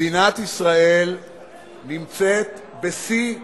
מדינת ישראל נמצאת בשיא ב-OECD,